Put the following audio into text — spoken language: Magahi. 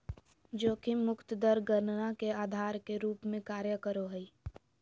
जोखिम मुक्त दर गणना के आधार के रूप में कार्य करो हइ